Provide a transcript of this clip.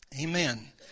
Amen